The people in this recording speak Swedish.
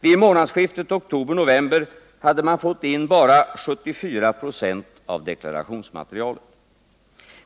Vid månadsskiftet oktober-november hade man fått in bara 74 96 av deklarationsmaterialet.